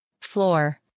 Floor